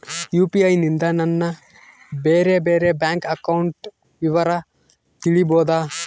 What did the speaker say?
UPI ನಿಂದ ನನ್ನ ಬೇರೆ ಬೇರೆ ಬ್ಯಾಂಕ್ ಅಕೌಂಟ್ ವಿವರ ತಿಳೇಬೋದ?